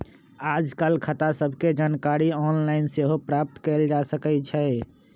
याजकाल खता सभके जानकारी ऑनलाइन सेहो प्राप्त कयल जा सकइ छै